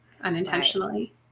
unintentionally